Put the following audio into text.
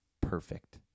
perfect